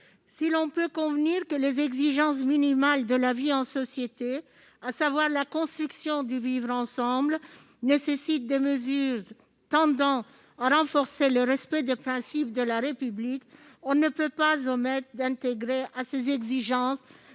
Si l'on peut convenir que les exigences minimales de la vie en société, à savoir la construction du vivre ensemble, nécessitent des mesures tendant à renforcer le respect des principes de la République, on ne peut omettre d'inclure parmi ces exigences